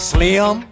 Slim